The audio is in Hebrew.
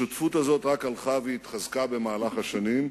השותפות הזאת רק הלכה והתחזקה במהלך השנים,